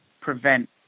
prevent